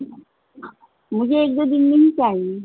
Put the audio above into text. مجھے ایک دو دن میں ہی چاہیے